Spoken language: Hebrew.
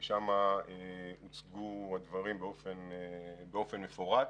ושם הוצגו הדברים באופן מפורט.